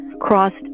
crossed